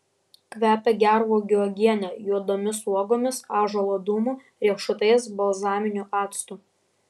kvepia gervuogių uogiene juodomis uogomis ąžuolo dūmu riešutais balzaminiu actu